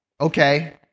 okay